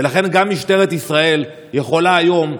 ולכן גם משטרת ישראל יכולה היום,